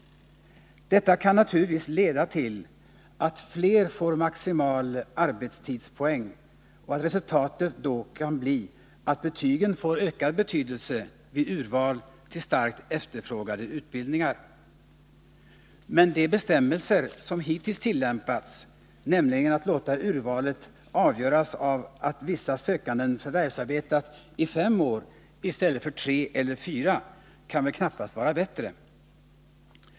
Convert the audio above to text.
Detta kan naturligtvis leda till att fler får maximal arbetstidspoäng och att resultatet då kan bli att betygen får ökad betydelse vid urval till starkt efterfrågade utbildningar. Men de bestämmelser som hittills tillämpats, nämligen att låta urvalet avgöras av att vissa sökande förvärvsarbetat i fem år i stället för tre eller fyra, kan väl knappast vara bättre.